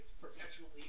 perpetually